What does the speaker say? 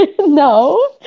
no